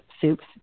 soups